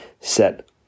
set